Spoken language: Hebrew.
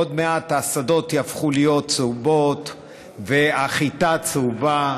עוד מעט השדות יהפכו להיות צהובים והחיטה צהובה,